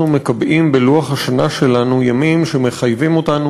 מקבעים בלוח השנה שלנו ימים שמחייבים אותנו,